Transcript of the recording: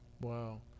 Wow